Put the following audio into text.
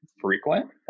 frequent